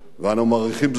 להסכים,